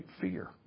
fear